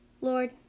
Lord